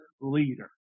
leader